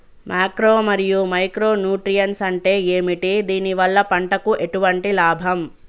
Macro మరియు micro nutrients అంటే ఏమిటి? దీనివల్ల పంటకు ఎటువంటి లాభం?